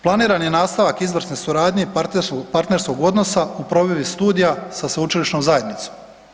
Planiran je nastavak izvrsne suradnje partnerskog odnosa u provedbi studija sa sveučilišnom zajednicom.